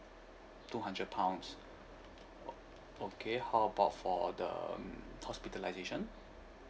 two hundred pounds o~ okay how about for the mm hospitalisation